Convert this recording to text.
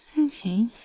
Okay